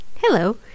Hello